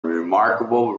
remarkable